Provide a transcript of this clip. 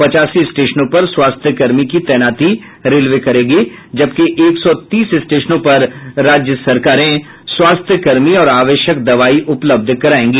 पचासी स्टेशनों पर स्वास्थ्यकर्मी की तैनाती रेलवे करेगी जबकि एक सौ तीस स्टेशनों पर राज्य सरकारें स्वास्थ्य कर्मी और आवश्यक दवाई उपलब्ध करायेंगी